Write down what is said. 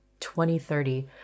2030